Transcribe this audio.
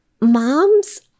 moms